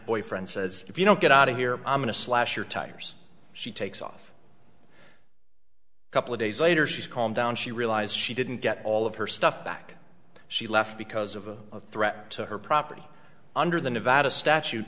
boyfriend says if you don't get out of here i'm going to slash your tires she takes off a couple of days later she's calmed down she realized she didn't get all of her stuff back she left because of a threat to her property under the nevada statute